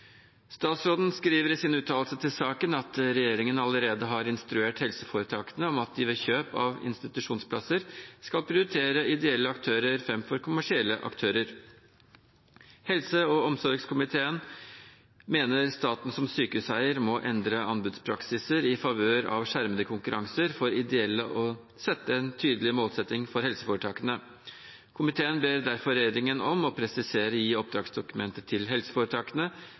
Statsråden skriver i sin uttalelse til saken at regjeringen allerede har instruert helseforetakene om at de ved kjøp av institusjonsplasser skal prioritere ideelle aktører framfor kommersielle aktører. Helse- og omsorgskomiteen mener staten som sykehuseier må endre anbudspraksis i favør av skjermede konkurranser for ideelle og sette tydelige mål for helseforetakene. Komiteen ber derfor regjeringen om å presisere i oppdragsdokumentet til helseforetakene